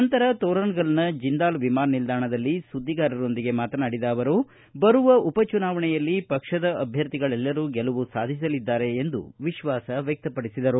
ನಂತರ ತೋರಣಗಲ್ ಜಿಂದಾಲ್ ವಿಮಾನ ನಿಲ್ದಾಣದಲ್ಲಿ ಸುದ್ದಿಗಾರರೊಂದಿಗೆ ಮಾತನಾಡಿದ ಅವರು ಬರುವ ಉಪ ಚುನಾವಣೆಯಲ್ಲಿ ಪಕ್ಷದ ಅಭ್ಯರ್ಥಿಗಳೆಲ್ಲರೂ ಗೆಲುವು ಸಾಧಿಸಲಿದ್ದಾರೆ ಎಂದು ವಿಶ್ವಾಸ ವ್ಯಕ್ತಪಡಿಸಿದ್ದಾರೆ